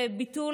בביטול